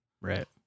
Right